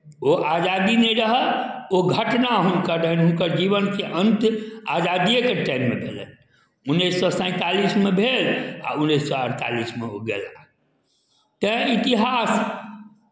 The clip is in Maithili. ओ आजादी नहि रहय ओ घटना हुनकर रहनि हुनकर जीवनके अन्त आजादिएके टाइममे भेलनि उन्नैस सए सैंतालिसमे भेल आ उन्नैस सए अड़तालीसमे ओ गेला तैँ इतिहास